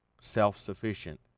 self-sufficient